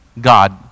God